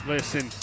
Listen